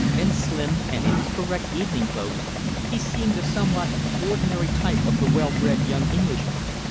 and slim, and in his correct evening clothes he seemed a somewhat ordinary type of the well-bred young englishman.